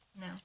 No